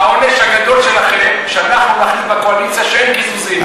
העונש הגדול שלכם שאנחנו נחליט בקואליציה שאין קיזוזים.